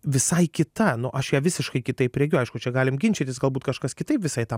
visai kita nu aš ją visiškai kitaip regiu aišku čia galim ginčytis galbūt kažkas kitaip visai tą